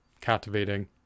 captivating